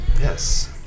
yes